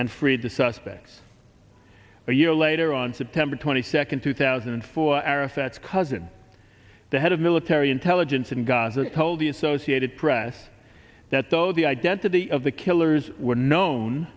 and freed the suspects a year later on september twenty second two thousand and four arafat's cousin the head of military intelligence in gaza told the associated press that though the identity of the killers were known